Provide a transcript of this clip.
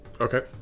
Okay